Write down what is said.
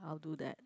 I'll do that